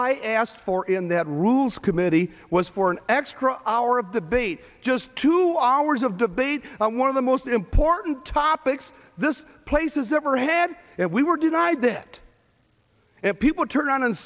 i asked for in that rules committee was for an extra hour of the bait just two hours of debate one of the most important topics this place has ever had and we were denied that if people turn around and